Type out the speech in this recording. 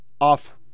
off